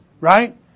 Right